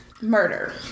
Murder